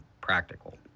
practical